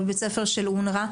או בבית ספר של אונר"א,